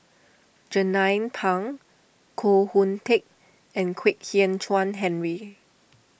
Jernnine Pang Koh Hoon Teck and Kwek Hian Chuan Henry